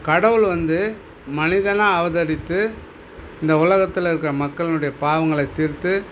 கடவுள் வந்து மனிதனாக அவதரித்து இந்த உலகத்தில் இருக்க மக்களின் உடைய பாவங்களை தீர்த்து